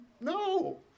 No